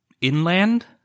inland